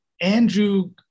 Andrew